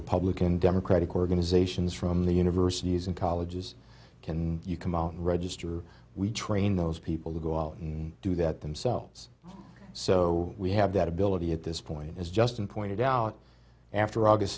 republican democratic organizations from the universities and colleges can you come out and register we train those people to go out and do that themselves so we have that ability at this point is just and pointed out after august